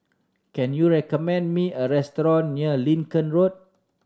can you recommend me a restaurant near Lincoln Road